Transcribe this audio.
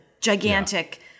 gigantic